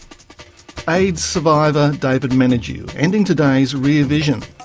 aids survivor david menadue ending today's rear vision.